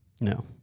No